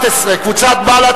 הסתייגות 10. קבוצת בל"ד,